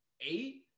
eight